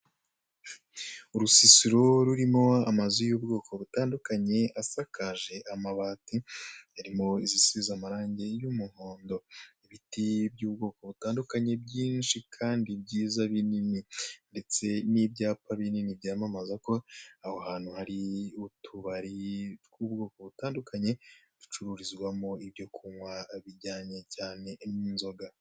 Urusisiro rurimo amazu y'ubwoko butandukanye asakaje amabati harimo izisize amarange y'umuhondo, ibiti by'ubwoko butandukanye byinshi kandi byiza binini, ndetse n'ibyapa binini byamamaza ko aho hantu hari utubari tw'ubwoko butandukanye bucururizwamo ibyo kunywa bijyanye cyane n'inzoga.